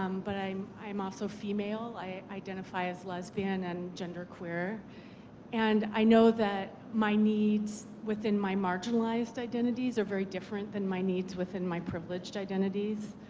um but i'm i'm also female. i identified as lesbian and gender queer and i know that my needs within my marginalized identities are very different than my needs within my privileges identities.